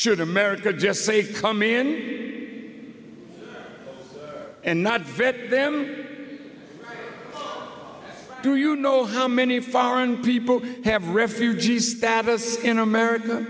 should america just say come in and not vet them do you know how many foreign people have refugee status in america